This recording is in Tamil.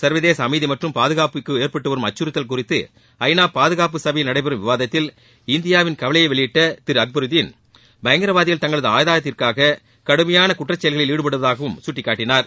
சர்வதேச அமைதி மற்றும் பாதுகாப்புக்கு ஏற்பட்டு வரும் அச்சுறுத்தல் குறித்து ஐநா பாதுகாப்பு சபையில் நடைபெறும் விவாதத்தில் இந்தியாவிள் கவலையை வெளியிட்ட திரு அங்பருதீன் பயங்கரவாதிகள் தங்களது ஆதாயத்திற்காக கடுமையான குற்றச்செயல்களில் ஈடுபடுவதாகவும் சுட்டிக்காட்டினார்